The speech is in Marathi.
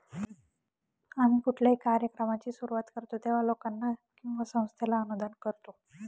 आम्ही कुठल्याही कार्यक्रमाची सुरुवात करतो तेव्हा, लोकांना किंवा संस्थेला अनुदान करतो